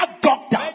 doctor